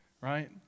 right